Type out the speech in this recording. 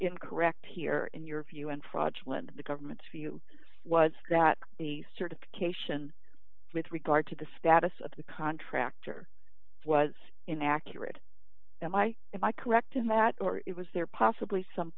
incorrect here in your view and fraudulent the government's view was that the certification with regard to the status of the contractor was inaccurate am i am i correct in that or it was there possibly some